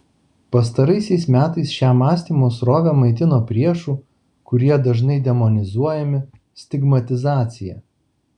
pastaraisiais metais šią mąstymo srovę maitino priešų kurie dažnai demonizuojami stigmatizacija